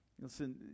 Listen